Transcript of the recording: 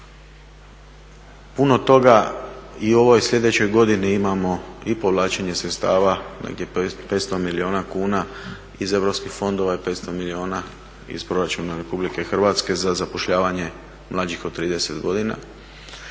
Puno toga i u ovoj sljedećoj godini imamo i povlačenje sredstava, negdje 500 milijuna kuna iz europskih fondova i 500 milijuna iz Proračuna RH za zapošljavanje mlađih od 30 godina.